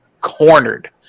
cornered